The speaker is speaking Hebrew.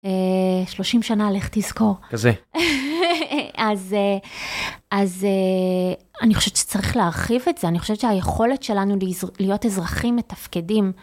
שלושים שנה לך תזכור. כזה. אז אני חושבת שצריך להרחיב את זה, אני חושבת שהיכולת שלנו להיות אזרחים מתפקדים.